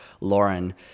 Lauren